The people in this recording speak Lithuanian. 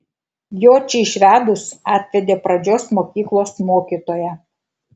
jočį išvedus atvedė pradžios mokyklos mokytoją